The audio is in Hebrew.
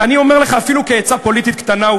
אני אומר לך אפילו כעצה פוליטית קטנה,